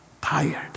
tired